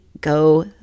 go